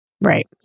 Right